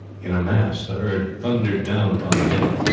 in a mass the herd thundered down upon the village,